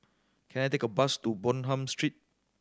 can I take a bus to Bonham Street